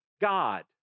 God